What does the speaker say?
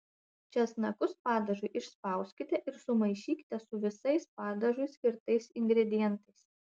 česnakus padažui išspauskite ir sumaišykite su visais padažui skirtais ingredientais